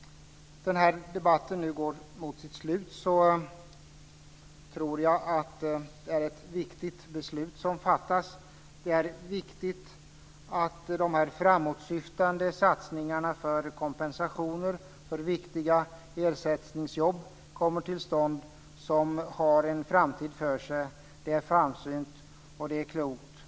Den här debatten går nu mot sitt slut. Jag tror att det är ett viktigt beslut som fattas. Det är viktigt att de framåtsyftande satsningarna för kompensationer och för viktiga ersättningsjobb kommer till stånd. De har en framtid för sig. Det är framsynt och det är klokt.